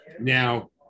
now